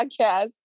Podcast